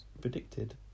predicted